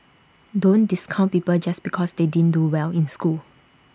don't discount people just because they didn't do well in school